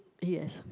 yes